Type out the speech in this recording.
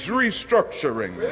restructuring